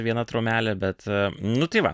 viena traumelė bet nu tai va